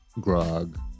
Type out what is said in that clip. Grog